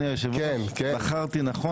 אין נגד.